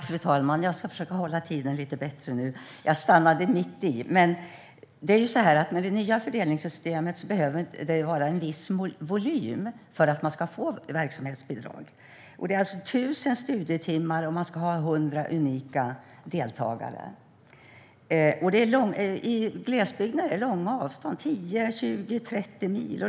Fru talman! Jag ska försöka hålla tiden lite bättre nu - jag stannade mitt i. Med det nya fördelningssystemet krävs en viss volym för att man ska få verksamhetsbidrag: 2 000 studietimmar och 100 unika deltagare. I glesbygden är det långa avstånd - 10, 20, 30 mil.